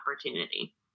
opportunity